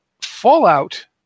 Fallout